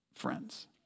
friends